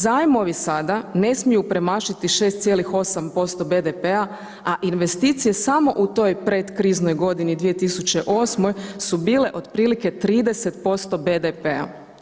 Zajmovi sada ne smiju premašiti 6,8% BDP-a a investicije samo u toj predkriznoj godini 2008. su bile otprilike 30% BDP-a.